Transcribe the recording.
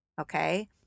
okay